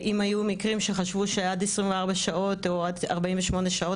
אם היו מקרים שחשבו שעד 24 שעות או עד 48 שעות